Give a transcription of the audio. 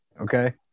okay